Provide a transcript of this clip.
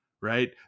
right